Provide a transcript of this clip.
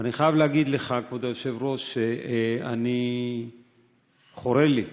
ואני חייב להגיד לך, כבוד היושב-ראש, שחורה לי.